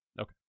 Okay